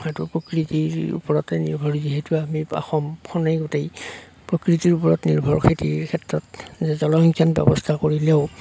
সেইটো প্ৰকৃতিৰ ওপৰতে নিৰ্ভৰশীল যিহেতু আমি অসমখনেই গোটেই প্ৰকৃতিৰ ওপৰত নিৰ্ভৰ খেতিৰ ক্ষেত্ৰত যে জলসিঞ্চন ব্যৱস্থা কৰিলেও